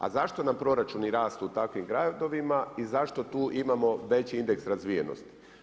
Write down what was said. A zašto nam proračuni rastu u takvim gradovima i zašto tu imamo veći indeks razvijenosti?